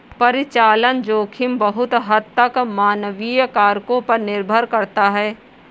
परिचालन जोखिम बहुत हद तक मानवीय कारकों पर निर्भर करता है